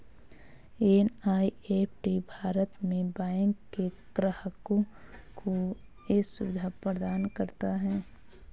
NEFT Bharat में bank के ग्राहकों को ये सुविधा प्रदान करता है